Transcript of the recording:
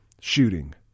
shooting